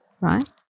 right